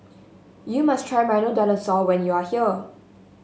you must try Milo Dinosaur when you are here